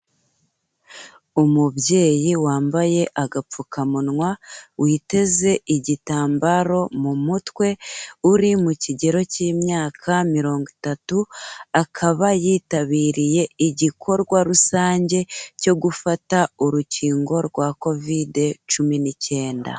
Umubyeyi wambaye agapfukamunwa, witeze igitambaro mu mutwe, uri mu kigero k'imyaka mirongo itatu, akaba yitabiriye igikorwa rusange cyo gufata urukingo rwa Kovide cumi n'icyenda.